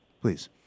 please